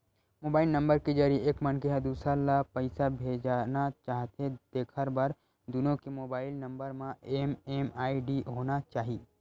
mobile number के जरिए एक मनखे ह दूसर ल पइसा भेजना चाहथे तेखर बर दुनो के मोबईल नंबर म एम.एम.आई.डी होना चाही